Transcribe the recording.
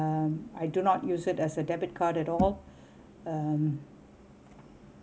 um I do not use it as a debit card at all um